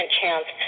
chance